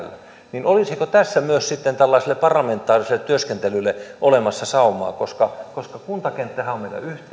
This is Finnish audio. ministeriltä olisiko tässä myös sitten tällaiselle parlamentaariselle työskentelylle olemassa saumaa koska koska kuntakenttähän on meillä yhteinen